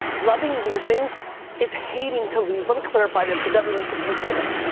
loving losing is hating to lose. let me clarify this cause everyone's confused by this.